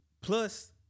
plus